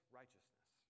righteousness